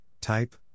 type